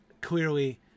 clearly